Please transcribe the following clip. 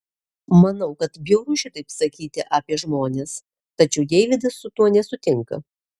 manau kad bjauru šitaip sakyti apie žmones tačiau deividas su tuo nesutinka